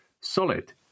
solid